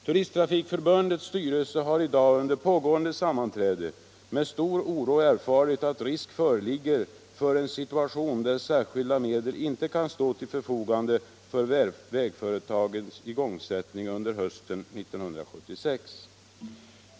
Turisttrafikförbundets styrelse har i dag under pågående sammanträde med stor oro erfarit att risk föreligger för en situation där särskilda medel icke kan stå till förfogande för vägföretagens igångsättning under hösten 1976.